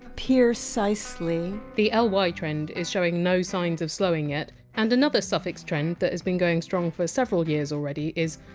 peercisely the ly trend is showing no signs of slowing yet. and another suffix trend that has been going strong for several years already is!